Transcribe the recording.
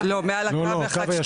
החומרים.